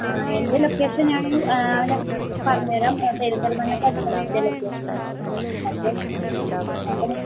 ആ എൻ്റെ ലൊക്കേഷന് ഞാന് പറഞ്ഞുതരാം പെരിന്തല്മണ്ണയ്ക്കടുത്താണ് എൻ്റെ ലൊക്കേഷന് അപ്പം അപ്പം